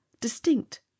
distinct